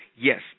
yes